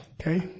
okay